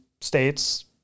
states